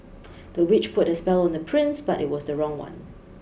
the witch put a spell on the prince but it was the wrong one